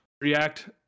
react